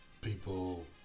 People